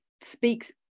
speaks